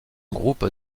groupe